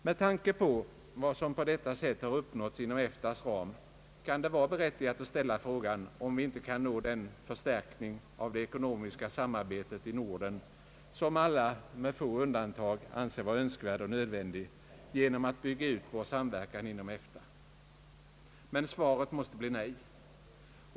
Med tanke på vad som på detta sätt har uppnåtts inom EFTA:s ram kan det vara berättigat att ställa frågan, om vi inte kan nå den förstärkning av det ekonomiska samarbetet i Norden, som alla med få undantag anser vara önskvärd och nödvändig, genom att bygga ut vår samverkan inom EFTA. Svaret måste bli nej.